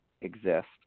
exist